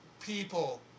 people